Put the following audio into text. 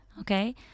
Okay